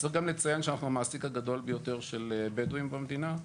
צריך גם לציין שאנחנו המעסיק הגדול ביותר של בדואים במדינה.